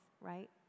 right